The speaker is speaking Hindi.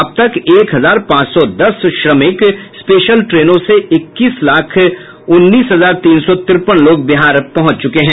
अब तक एक हजार पांच सौ दस श्रमिक स्पेशल ट्रेनों से इक्कीस लाख उन्नीस हजार तीन सौ तिरपन लोग बिहार पहुंच चुके हैं